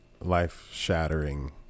life-shattering